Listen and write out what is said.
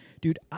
Dude